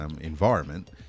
environment